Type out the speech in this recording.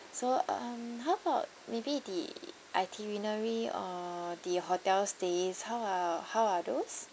so um how about maybe the itinerary or the hotel stays how are how are those